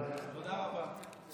תודה רבה.